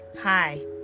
Hi